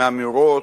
מאמירות,